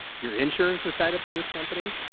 your insurance is tied up in this company.